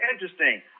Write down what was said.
interesting